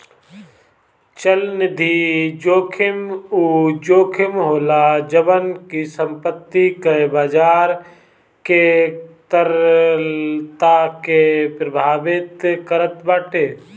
चलनिधि जोखिम उ जोखिम होला जवन की संपत्ति कअ बाजार के तरलता के प्रभावित करत बाटे